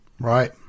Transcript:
right